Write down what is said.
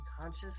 conscious